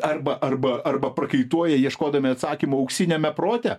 arba arba arba prakaituoja ieškodami atsakymo auksiniame prote